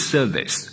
Service